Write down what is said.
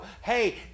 hey